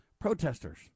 protesters